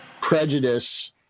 prejudice